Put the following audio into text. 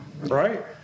right